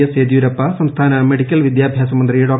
S Yediyurappa സംസ്ഥാന medical വിദ്യാഭ്യാസ മന്ത്രി ഡോ